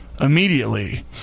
immediately